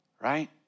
right